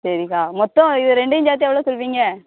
சரிக்கா மொத்தம் இது ரெண்டையும் சேர்த்து எவ்வளோ சொல்வீங்க